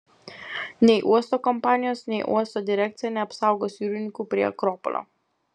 nei uosto kompanijos nei uosto direkcija neapsaugos jūrininkų prie akropolio